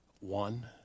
One